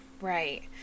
right